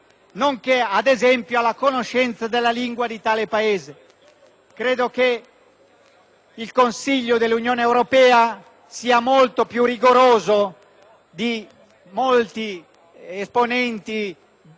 di temi europei e della necessità di far riferimento all'Unione europea e alla legislazione europea. Sono convinto che quest'ordine del giorno ci consenta davvero